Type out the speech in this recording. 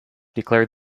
declared